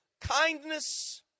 kindness